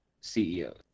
CEOs